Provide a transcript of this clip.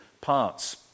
parts